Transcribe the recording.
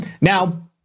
Now